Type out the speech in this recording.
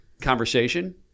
conversation